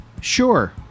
Sure